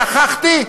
שכחתי?